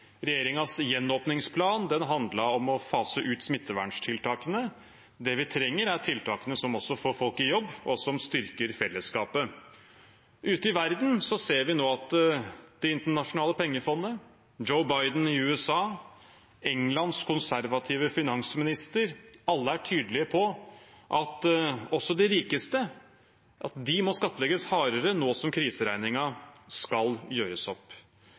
gjenåpningsplan handlet om å fase ut smitteverntiltakene. Det vi trenger, er tiltakene som også får folk i jobb, og som styrker fellesskapet. Ute i verden ser vi nå at Det internasjonale pengefondet, Joe Biden i USA og Englands konservative finansminister alle er tydelige på at de rikeste må skattlegges hardere nå som kriseregningen skal gjøres opp.